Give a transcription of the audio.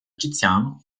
egiziano